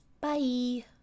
Bye